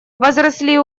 возросли